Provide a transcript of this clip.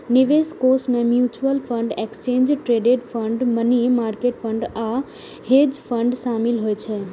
निवेश कोष मे mutual fund, exchange traded fund, money market fund आ हेज फंड शामिल होइ छै